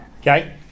Okay